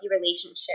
relationship